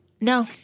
No